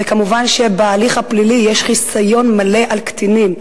כמובן בהליך הפלילי יש חיסיון מלא על הקטינים,